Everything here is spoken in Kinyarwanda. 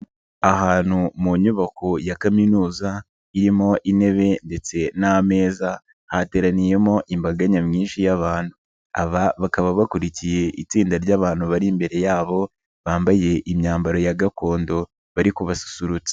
Ahantu mu nyubako ya kaminuza irimo intebe ndetse n'ameza hateraniyemo imbaga nyamwinshi y'abantu, aba bakaba bakurikiye itsinda ry'abantu bari imbere yabo bambaye imyambaro ya gakondo bari kubasusurutsa.